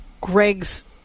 Greg's